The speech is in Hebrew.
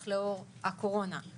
אין לנו בעיה עקרונית עם מה שאמרת.